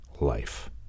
life